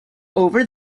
over